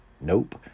Nope